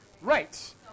Right